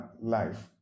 life